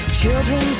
children